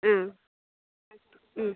ആ